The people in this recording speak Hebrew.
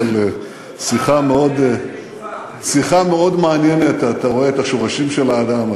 אבל השיחה הייתה מאוד מעניינת: אתה רואה את השורשים של האדם,